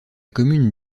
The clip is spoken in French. commune